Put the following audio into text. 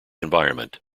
environment